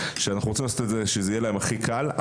שאנחנו רוצים לעשות להם את זה שיהיה להם הכי קל.